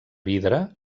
vidre